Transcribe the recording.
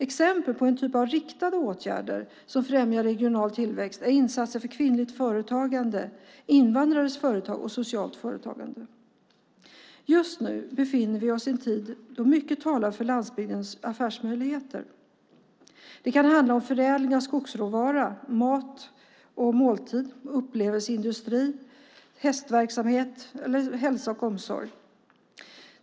Exempel på en typ av riktade åtgärder som främjar regional tillväxt är insatser för kvinnligt företagande, invandrares företagande och socialt företagande. Just nu befinner vi oss i en tid då mycket talar för landsbygdens affärsmöjligheter. Det kan handla om förädling av skogsråvara, mat och måltid, upplevelseindustri, hästverksamhet eller hälsa och omsorg.